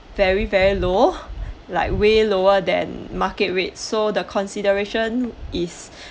very very low like way lower than market rate so the consideration is